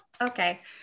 okay